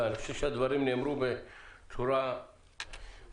אני חושב שהדברים נאמרו בצורה ברורה.